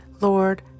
Lord